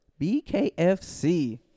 BKFC